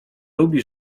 lubi